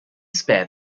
spare